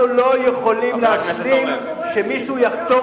אנחנו לא יכולים להשלים שמישהו יחתור